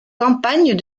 campagnes